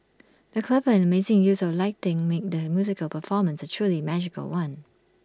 the clever and amazing use of lighting made the musical performance A truly magical one